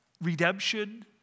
redemption